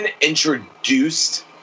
introduced